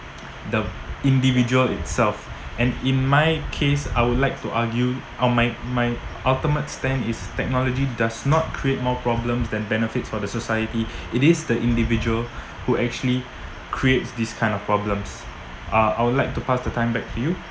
the individual itself and in my case I would like to argue on my my ultimate stand is technology does not create more problems than benefits for the society it is the individual who actually creates this kind of problems uh I would like to pass the time back to you